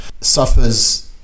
suffers